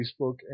Facebook